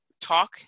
talk